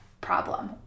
problem